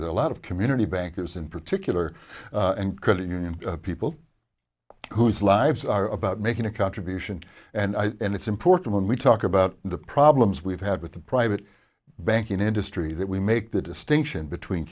that a lot of community bankers in particular and credit union people whose lives are about making a contribution and i and it's important when we talk about the problems we've had with the private banking industry that we make the distinction between